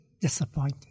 disappointed